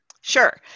Sure